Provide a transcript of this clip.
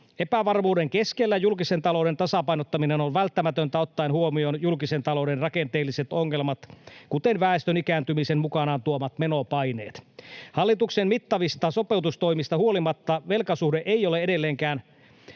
Epävarmuuden keskellä julkisen talouden tasapainottaminen on välttämätöntä ottaen huomioon julkisen talouden rakenteelliset ongelmat, kuten väestön ikääntymisen mukanaan tuomat menopaineet. Hallituksen mittavista sopeutustoimista huolimatta velkasuhde ei ole edelleenkään